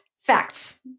Facts